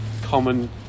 common